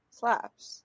slaps